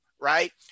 right